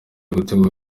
gutegura